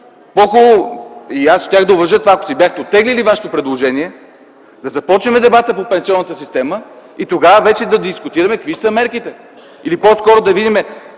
По-добре, и аз щях да уважа, ако бяхте оттеглили вашето предложение, да започнем дебата по пенсионната система и тогава вече да дискутираме какви ще са мерките, или по-скоро да видим